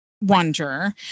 wonder